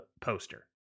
poster